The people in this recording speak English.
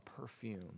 perfume